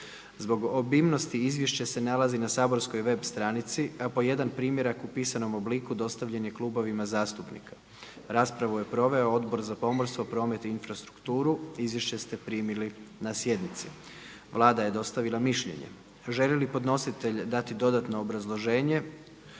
Zbog obimnosti izvješće se nalazi na saborskoj web stranici, a po jedan primjerak u pisanom obliku dostavljen je klubovima zastupnika. Raspravu je proveo Odbor za pomorstvo, promet i infrastrukturu. Izvješće ste primili na sjednici. Vlada je dostavila mišljenje. Želi li podnositelj dati dodatno obrazloženje?